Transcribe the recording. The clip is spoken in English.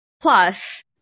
plus